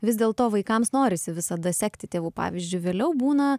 vis dėl to vaikams norisi visada sekti tėvų pavyzdžiu vėliau būna